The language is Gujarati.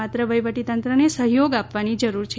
માત્ર વહીવટીતંત્રને સહયોગ આપવાની જરૂર છે